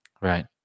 Right